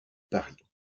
paris